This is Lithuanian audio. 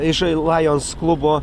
iš lions klubo